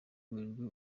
werurwe